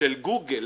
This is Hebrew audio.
של גוגל,